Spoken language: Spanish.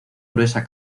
gruesa